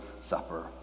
Supper